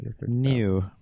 New